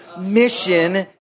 mission